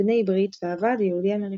בני ברית והוועד היהודי-האמריקאי.